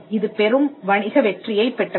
இது பெரும் வணிக வெற்றியைப் பெற்றது